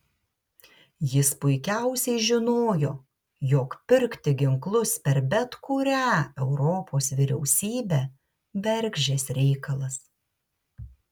jis puikiausiai žinojo jog pirkti ginklus per bet kurią europos vyriausybę bergždžias reikalas